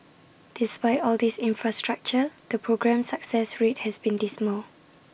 despite all this infrastructure the programme's success rate has been dismal